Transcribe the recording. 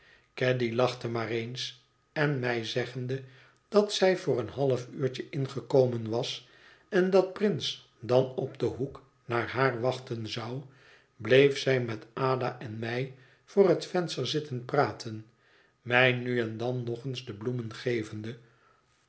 caddy lachte maar eens en mij zeggende dat zij voor een halfuurtje ingekomen was en dat prince dan op den hoek naar haar wachten zou bleef zij met ada en mij voor het venster zitten praten mij nu en dan nog eens de bloemen gevende